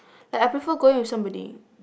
like I prefer going with somebody